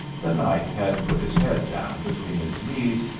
the knight had put his head down between his knees,